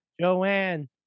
Joanne